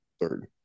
third